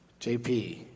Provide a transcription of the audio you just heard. JP